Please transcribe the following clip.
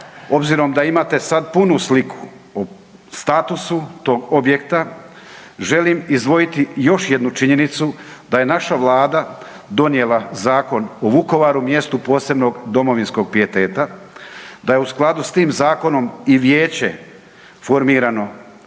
obzirom da imate sad punu sliku o statusu tog objekta želim izdvojiti još jednu činjenicu, da je naša Vlada donijela Zakon o Vukovaru mjestu posebnog domovinskog pijeteta, da je u skladu sa tim zakonom i vijeće formirano